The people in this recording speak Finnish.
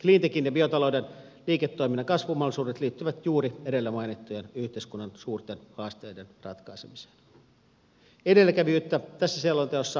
cleantechin ja biotalouden liiketoiminnan kasvumahdollisuudet liittyvät juuri edellä mainittujen yhteiskunnan suurten haasteiden ratkaisemiseen